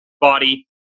body